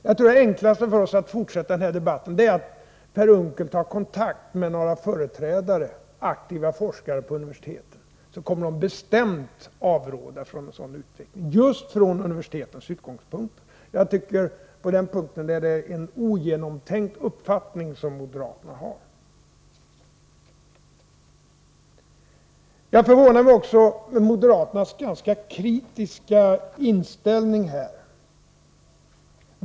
Jag tror att det enklaste för oss i den fortsatta debatten är att Per Unckel tar kontakt med några företrädare för universiteten med aktiva forskare. De kommer bestämt att avråda från en sådan utveckling, just från universitetens utgångspunkter. På den punkten har moderaterna en ogenomtänkt uppfattning. Vidare är jag förvånad över moderaternas ganska kritiska inställning här.